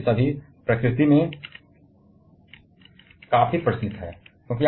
और ये सभी प्रकृति में काफी प्रचलित हैं